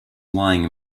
lying